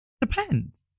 depends